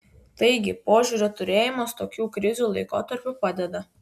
taigi požiūrio turėjimas tokių krizių laikotarpiu padeda